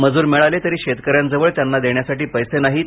मजूर मिळाले तरी शेतकऱ्यांजवळ त्यांना देण्यासाठी पैसे नाहीत